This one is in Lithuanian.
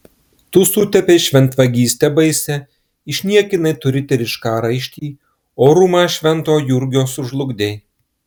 tu sutepei šventvagyste baisia išniekinai tu riterišką raištį orumą švento jurgio sužlugdei